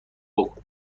بکن